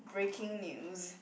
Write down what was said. breaking news